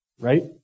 right